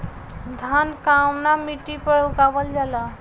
धान कवना मिट्टी पर उगावल जाला?